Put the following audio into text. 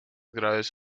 graves